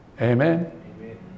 Amen